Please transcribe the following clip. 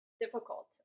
difficult